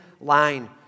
line